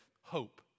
hope